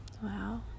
Wow